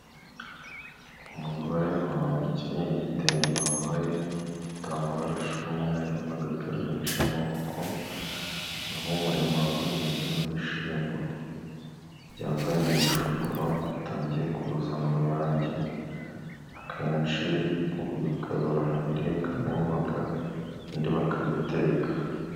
Umugore wakenyeye igitenge, wambaye igitambaro cy'umweru n'agapira gaciye amaboko, uri mu murima uhinzemo ibishyimbo byazanye imishogoro bitangiye kuzana uruyange, akenshi ubu bikaba biribwamo imboga, ibindi bakabiteka.